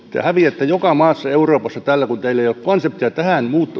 häviätte joka maassa ja euroopassa kun teillä ei ole konseptia tähän